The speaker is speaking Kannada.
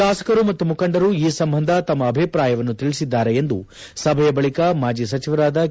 ಶಾಸಕರು ಮತ್ತು ಮುಖಂಡರು ಈ ಸಂಬಂಧ ತಮ್ಮ ಅಭಿಪ್ರಾಯವನ್ನು ತಿಳಿಸಿದ್ದಾರೆ ಎಂದು ಸಭೆಯ ಬಳಿಕ ಮಾಜಿ ಸಚಿವರಾದ ಕೆ